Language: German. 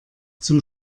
zum